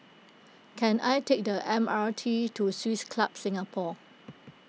can I take the M R T to Swiss Club Singapore